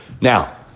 Now